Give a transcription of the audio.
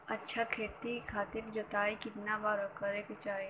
अच्छा खेती खातिर जोताई कितना बार करे के चाही?